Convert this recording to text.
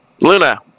Luna